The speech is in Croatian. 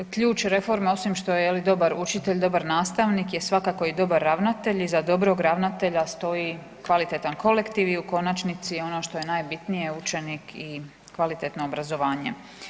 Ključ reforme, osim što je dobar učitelj, dobar nastavnik, je svakako i dobar ravnatelj, iza dobrog ravnatelja stoji dobar kolektiv i u konačnici ono što je najbitnije, učenik i kvalitetno obrazovanja.